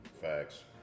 Facts